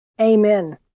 Amen